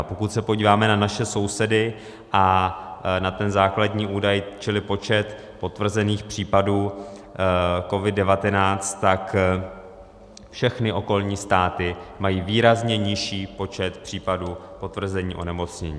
Pokud se podíváme na naše sousedy a na ten základní údaj, čili počet potvrzených případů COVID19, tak všechny okolní státy mají výrazně nižší počet případů potvrzení onemocnění.